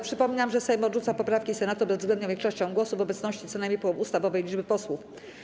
Przypominam, że Sejm odrzuca poprawki Senatu bezwzględną większością głosów w obecności co najmniej połowy ustawowej liczby posłów.